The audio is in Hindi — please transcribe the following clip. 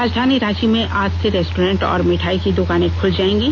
राजधानी रांची में आज से रेस्टोरेंट और मिठाई की दुकानें खुल जाएंगी